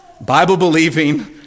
Bible-believing